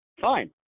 Fine